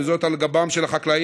וזאת על גבם של החקלאים,